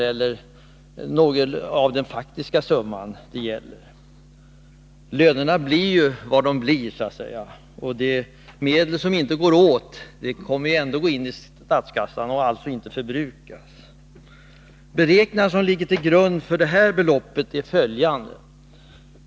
eller något av den faktiska summa som det gäller — lönerna blir ju vad de blir, och de medel som inte går åt går ändå tillbaka till statskassan och förbrukas alltså inte. De beräkningar som ligger till grund för anslagsbeloppet är följande.